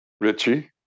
Richie